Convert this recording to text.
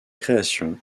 création